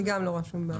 גם אני לא רואה בעיה.